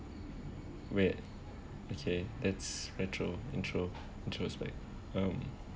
wait okay that's retro intro intro back um